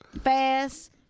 fast